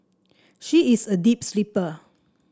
she is a deep sleeper